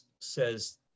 says